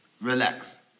Relax